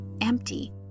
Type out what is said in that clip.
empty